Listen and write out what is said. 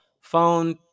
phone